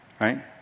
right